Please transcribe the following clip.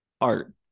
art